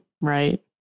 right